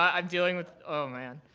i'm dealing with, oh man.